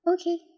Okay